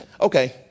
okay